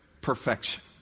perfection